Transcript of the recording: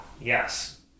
yes